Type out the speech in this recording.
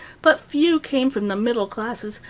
but few came from the middle classes,